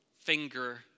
finger